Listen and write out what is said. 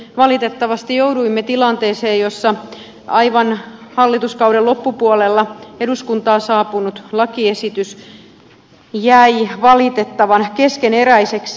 valitettavasti jouduimme tilanteeseen jossa aivan hallituskauden loppupuolella eduskuntaan saapunut lakiesitys jäi valitettavan keskeneräiseksi